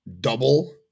double